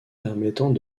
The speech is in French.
permettant